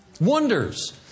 Wonders